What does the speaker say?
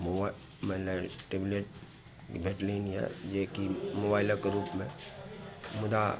move मानि लिअ tablet भेटलनिहँ जेकि मोबाइलक रूपमे मुदा